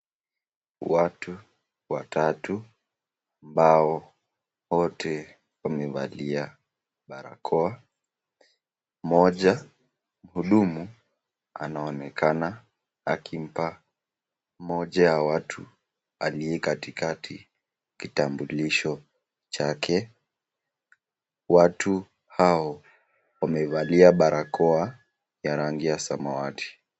Watu watatu ambao wote wamevalia barakoa mmoja mhudumu anaonekana akimpa mmoja wa watu aliyekatikati kitambulisho chake ,watu hao wamevalia barakoa ya rangi ya samawati.